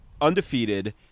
undefeated